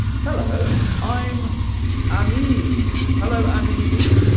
hello i'm i mean hello i mean